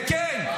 וכן,